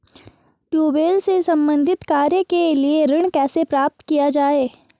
Tubewell से संबंधित कार्य के लिए ऋण कैसे प्राप्त किया जाए?